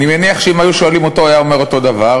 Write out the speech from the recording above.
אני מניח שאם היו שואלים אותו הוא היה אומר אותו דבר.